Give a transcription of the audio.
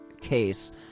case